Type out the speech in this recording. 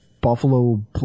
Buffalo